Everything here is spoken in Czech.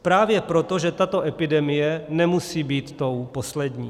Právě proto, že tato epidemie nemusí být tou poslední.